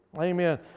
Amen